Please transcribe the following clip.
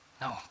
No